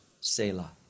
selah